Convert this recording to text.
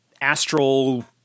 astral